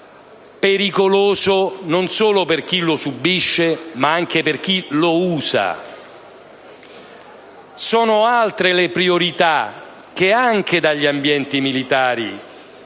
pericoloso non solo per chi lo subisce, ma anche per chi lo usa. Sono altre le priorità che anche dagli ambienti militari